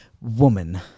woman